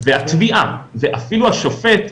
התביעה ואפילו השופט,